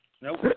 nope